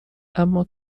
اما